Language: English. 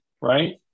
Right